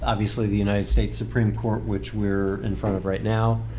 obviously the united states supreme court which we're in front of right now.